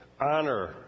honor